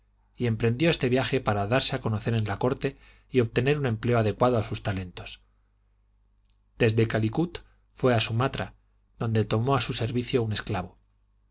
y emprendió este viaje para darse a conocer en la corte y obtener un empleo adecuado a sus talentos desde calicut fué a sumatra donde tomó a su servicio un esclavo